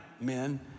men